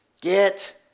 Get